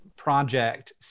project